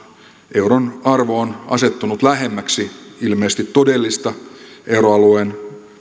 euron arvo on asettunut lähemmäksi ilmeisesti todellista euroalueen